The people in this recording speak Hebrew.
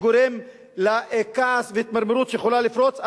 שגורם לכעס והתמרמרות שיכולה לפרוץ.